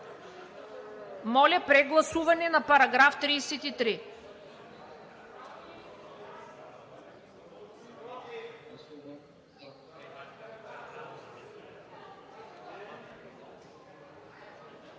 Моля за прегласуване на параграфа.